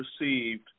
received